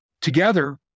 Together